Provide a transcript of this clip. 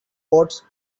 ports